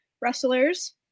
wrestlers